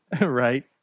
Right